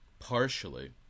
Partially